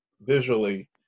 visually